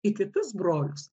į kitus brolius